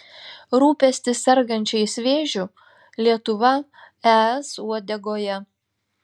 rūpestis sergančiais vėžiu lietuva es uodegoje